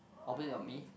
opposite of me